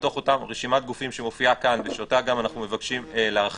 מתוך אותה רשימת גופים שמופיעה כאן ושאותה גם אנחנו מבקשים להרחיב,